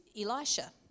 Elisha